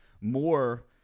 more